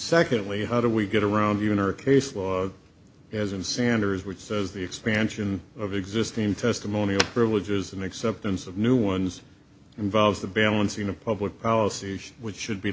secondly how do we get around you in her case as in sanders which says the expansion of existing testimonial privileges and acceptance of new ones involves the balancing of public policy which should be